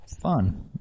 fun